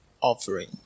offering